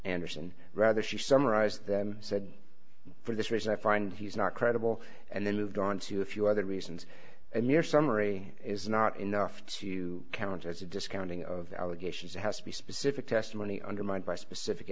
anderson rather she summarize them said for this reason i find he's not credible and then moved on to a few other reasons and your summary is not enough to count as a discounting of the allegations it has to be specific testimony undermined by specific